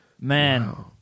Man